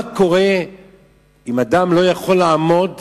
מה קורה אם אדם לא יכול לעמוד